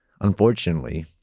unfortunately